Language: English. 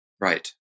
Right